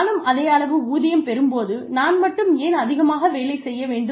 நானும் அதே அளவு ஊதியம் பெறும்போது நான் மட்டும் ஏன் அதிகமாக வேலை செய்ய வேண்டும்